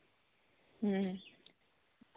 ᱦᱩᱸ